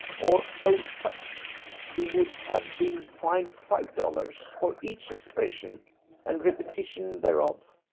or o tutt you would have been fined five dollars for each expression and repetition thereof.